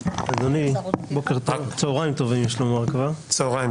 אדוני, אין פה הצהרות